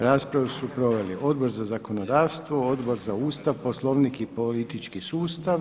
Raspravu su proveli Odbor za zakonodavstvo, Odbor za Ustav, Poslovnik i politički sustav.